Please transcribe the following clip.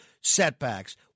setbacks